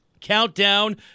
Countdown